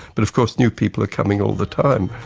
but of course new people are coming all the time.